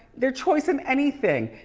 their choice in anything.